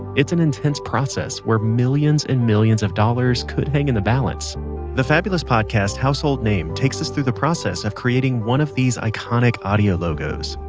it's an intense process where millions and millions of dollars could hang in the balance the fabulous podcast household name takes us through the process of creating one of these iconic audio logos,